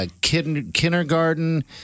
kindergarten